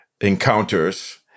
encounters